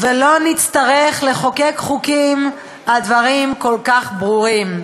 ולא נצטרך לחוקק חוקים על דברים כל כך ברורים.